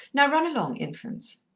now run along, infants.